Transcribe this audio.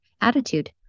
attitude